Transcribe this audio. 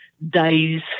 Days